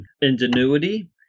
ingenuity